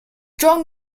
john